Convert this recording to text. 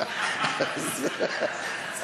אף אחד לא יכול,